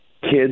kids